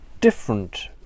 different